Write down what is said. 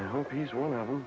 i hope he's one of the